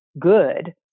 good